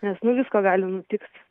nes nu visko gali nutikt